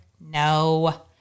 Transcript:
No